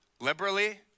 liberally